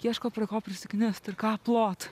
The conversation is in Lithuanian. ieško prie ko prisiknist ir ką aplot